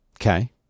Okay